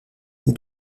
ils